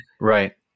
Right